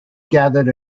gathered